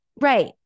right